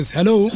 Hello